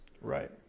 Right